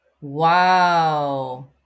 Wow